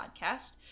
podcast